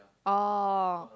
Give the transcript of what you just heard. oh